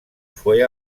fue